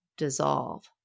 dissolve